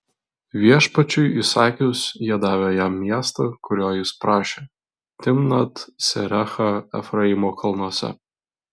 viešpačiui įsakius jie davė jam miestą kurio jis prašė timnat serachą efraimo kalnuose